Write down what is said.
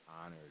honored